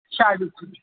शाडू